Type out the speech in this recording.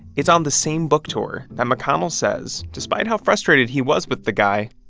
it's on the same book tour that mcconnell says, despite how frustrated he was with the guy,